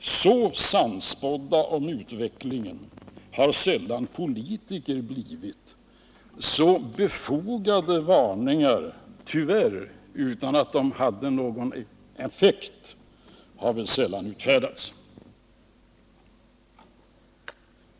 Så sannspådda om utvecklingen har sällan politiker blivit. Så befogade varningar — tyvärr utan att de hade någon effekt — har väl sällan utfärdats.